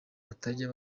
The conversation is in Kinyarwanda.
batajya